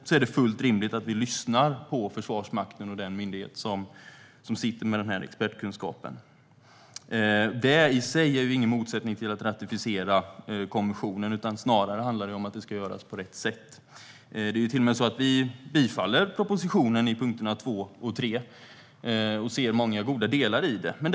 Det är fullt rimligt att vi lyssnar på Försvarsmakten och den myndighet som sitter med expertkunskapen. Detta är i sig ingen motsättning till att ratificera konventionen. Snarare handlar det om att göra ratificeringen på rätt sätt. Sverigedemokraterna yrkar bifall till propositionen under punkterna 2 och 3. Vi ser många goda delar i propositionen.